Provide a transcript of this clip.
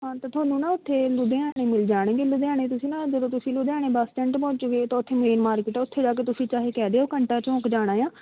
ਹਾਂ ਤਾਂ ਤੁਹਾਨੂੰ ਨਾ ਉੱਥੇ ਲੁਧਿਆਣੇ ਮਿਲ ਜਾਣਗੇ ਲੁਧਿਆਣੇ ਤੁਸੀਂ ਨਾ ਜਦੋਂ ਤੁਸੀਂ ਲੁਧਿਆਣੇ ਬੱਸ ਸਟੈਂਡ 'ਤੇ ਪਹੁੰਚੋਗੇ ਤਾਂ ਉੱਥੇ ਮੇਨ ਮਾਰਕੀਟ ਆ ਉੱਥੇ ਜਾ ਕੇ ਤੁਸੀਂ ਚਾਹੇ ਕਹਿ ਦਿਓ ਘੰਟਾ ਚੌਂਕ ਜਾਣਾ ਆ